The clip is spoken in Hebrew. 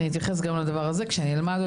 אני אתייחס גם לדבר הזה כשאני אלמד אותו.